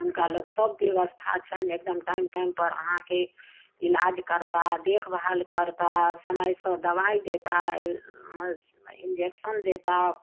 हुनका लग सभ व्यवस्था छनि एकदम टाइम टाइम पर अहाँके इलाज करताह देखभाल करताह समयसँ दवाइ देताह इन्जेक्शन देताह